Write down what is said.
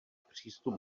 přístup